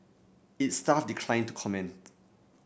its staff declined to comment